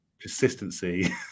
consistency